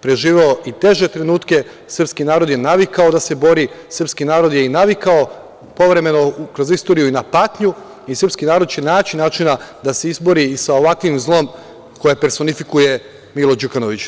preživeo i teže trenutke, srpski narod je navikao da se bori, srpski narod je i navikao povremeno kroz istoriju i na patnju i srpski narod će naći načina da se izbori i sa ovakvim zlom, koje personifikuje Milo Đukanović.